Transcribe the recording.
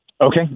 Okay